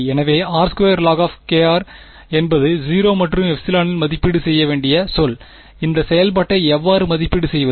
எனவேr2log என்பது 0 மற்றும் ε இல் மதிப்பீடு செய்ய வேண்டிய சொல் இந்த செயல்பாட்டை எவ்வாறு மதிப்பீடு செய்வது